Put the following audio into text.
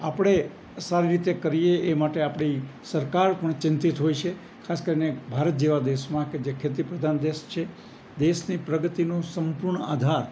આપણે સારી રીતે કરીએ એ માટે આપણી સરકાર પણ ચિંતિત હોય છે ખાસ કરીને ભારત જેવા દેશમાં કે જે ખેતી પ્રધાન દેશ છે દેશની પ્રગતિનો સંપૂર્ણ આધાર